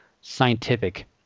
scientific